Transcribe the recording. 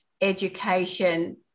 education